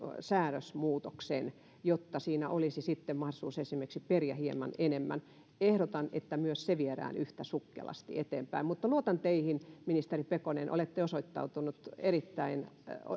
säädösmuutoksen jotta niistä olisi sitten mahdollisuus esimerkiksi periä hieman enemmän ehdotan että myös se viedään yhtä sukkelasti eteenpäin mutta luotan teihin ministeri pekonen olette osoittautunut erittäin